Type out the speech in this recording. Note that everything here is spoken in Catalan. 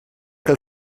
que